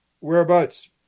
Whereabouts